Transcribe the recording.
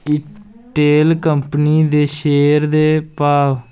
Intel company दे share दे भाऽ